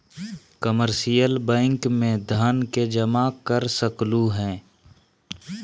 commercial bank में धन के जमा कर सकलु हें